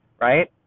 right